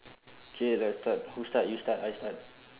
K let's start who start you start I start